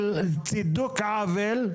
של צידוק העוול,